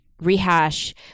rehash